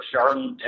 Charlene